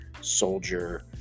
soldier